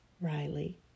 Riley